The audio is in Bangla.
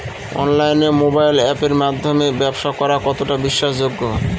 অনলাইনে মোবাইল আপের মাধ্যমে ব্যাবসা করা কতটা বিশ্বাসযোগ্য?